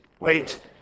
wait